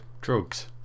drugs